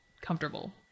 comfortable